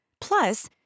Plus